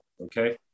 Okay